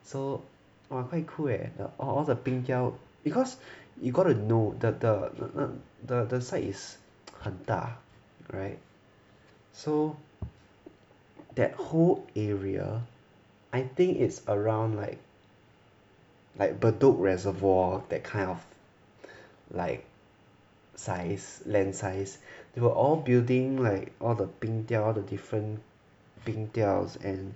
so !wah! quite cool eh the all the 冰雕 cause you got to know the the the the the site is 很大 [right] so that whole area I think it's around like like bedok reservoir that kind of like size land size they were all building like all the 冰雕 the all the different 冰雕